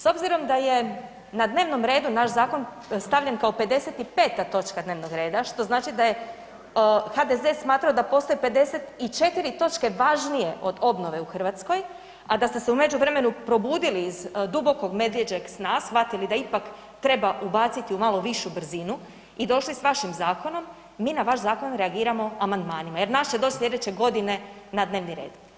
S obzirom da je na dnevnom redu naš zakon stavljen kao 55. točka dnevnog reda, što znači da je to HDZ smatrao da postoji 54. točke važnije od obnove u Hrvatskoj a da ste se u međuvremenu probudili iz dubokog medvjeđeg sna, shvatili da ipak treba ubaciti u malo višu brzinu i došli s vašim zakonom, mi na vaš zakonom reagiramo amandmanima jer naš će doć slijedeće godine na dnevni red.